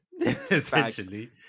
Essentially